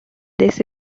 this